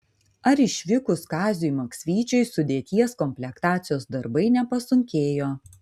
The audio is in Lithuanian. ar išvykus kaziui maksvyčiui sudėties komplektacijos darbai nepasunkėjo